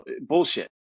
bullshit